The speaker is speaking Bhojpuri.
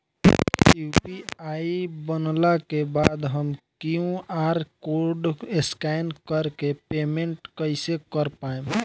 यू.पी.आई बनला के बाद हम क्यू.आर कोड स्कैन कर के पेमेंट कइसे कर पाएम?